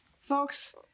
folks